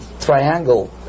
triangle